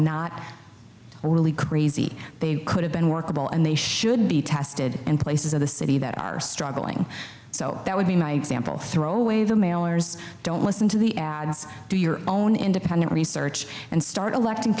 not really crazy they could have been workable and they should be tested in places of the city that are struggling so that would be my example throw away the mailers don't listen to the ads do your own independent research and start electing